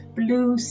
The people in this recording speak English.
blue